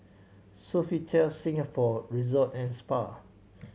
Sofitel Singapore Resort and Spa